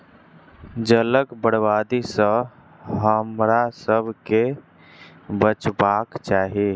जलक बर्बादी सॅ हमरासभ के बचबाक चाही